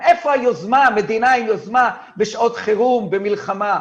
איפה היוזמה, מדינה עם יוזמה בשעות חירום, במלחמה?